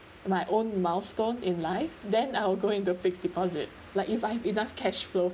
my own milestone in life then I will go into fixed deposit like if I have enough cash flow